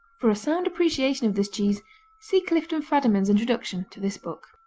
for a sound appreciation of this cheese see clifton fadiman's introduction to this book.